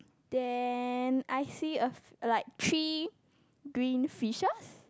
then I see a like three green fishes